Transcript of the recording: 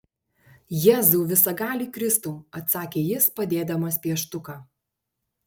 jėzau visagali kristau atsakė jis padėdamas pieštuką